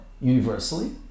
universally